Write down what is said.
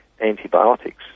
antibiotics